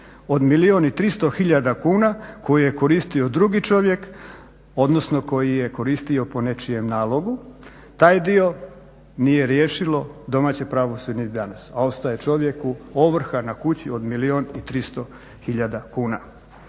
i 300 hiljada kuna koju je koristio drugi čovjek, odnosno koji je koristio po nečijem nalogu. Taj dio nije riješilo domaće pravosuđe ni danas, a ostaje čovjeku ovrha na kući od milijun